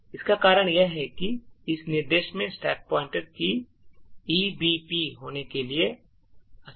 इसका कारण यह है कि इस निर्देश में स्टैक पॉइंटर को ईबीपी होने के लिए स्थानांतरित किया जाता है